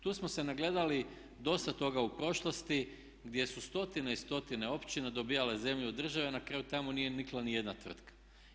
Tu smo se nagledali dosta toga u prošlosti gdje su stotine i stotine općina dobivale zemlju od države na kraju tamo nije nikla ni jedna tvrtka.